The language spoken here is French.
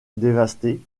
dévasté